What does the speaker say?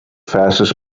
fastest